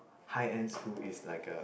high end school is like a